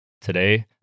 Today